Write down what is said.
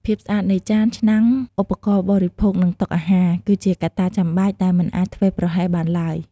ភាពស្អាតនៃ ចាន ឆ្នាំង ឧបករណ៍បរិភោគ និងតុអាហារ គឺជាកត្តាចាំបាច់ដែលមិនអាចធ្វេសប្រហែសបានឡើយ។